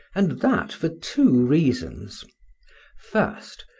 and that for two reasons first,